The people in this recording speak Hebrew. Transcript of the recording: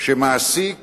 שמעסיק